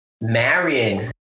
marrying